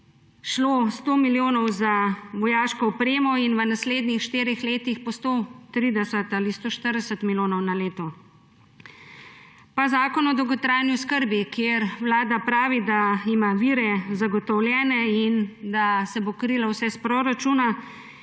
šlo 100 milijonov za vojaško opremo in v naslednjih štirih letih po 130 ali 140 milijonov na leto. Pa zakon o dolgotrajni oskrbi, kjer Vlada pravi, da ima vire zagotovljene in da se bo krilo vse iz poračuna